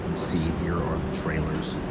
see, here are the trailers